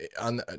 on